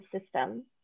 system